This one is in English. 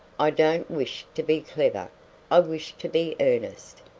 i don't wish to be clever i wish to be earnest!